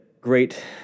great